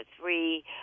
three-